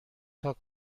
چند